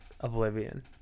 oblivion